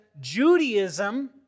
Judaism